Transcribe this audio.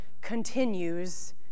continues